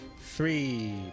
Three